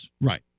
right